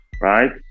Right